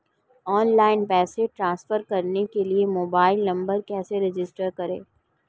Online पैसे transfer करने के लिए मोबाइल नंबर कैसे रजिस्टर करें?